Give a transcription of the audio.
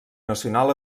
nacional